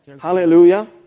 Hallelujah